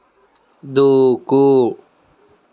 దూకు